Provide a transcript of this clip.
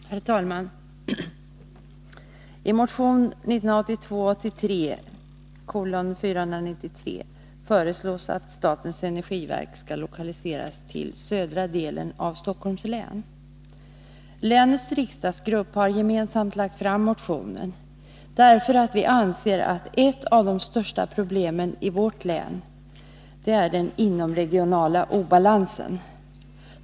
Herr talman! I motion 1982/83:493 föreslås att statens energiverk skall lokaliseras till södra delen av Stockholms län. Länets s-riksdagsgrupp har gemensamt lagt fram motionen, därför att vi anser att ett av de största problemen i vårt län är den inomregionala obalansen.